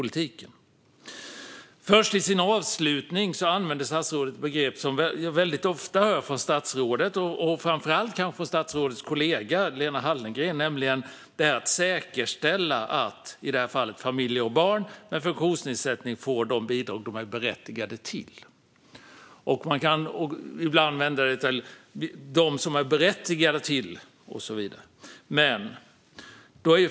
I sin avslutning använde statsrådet ett begrepp som jag väldigt ofta hör från statsrådet, och kanske framför allt från statsrådets kollega Lena Hallengren, nämligen säkerställa att, i det här fallet, familjer och barn med funktionsnedsättning får de bidrag de är berättigade till. Man kan ibland vända det till dem som är berättigade och så vidare.